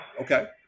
okay